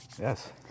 Yes